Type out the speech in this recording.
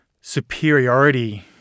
superiority